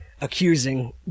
accusing